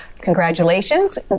congratulations